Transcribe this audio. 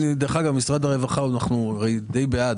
לגבי העברות למשרד הרווחה אנחנו די בעד,